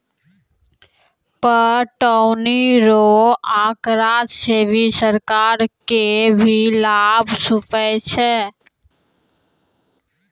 पटौनी रो आँकड़ा से सरकार के भी लाभ हुवै छै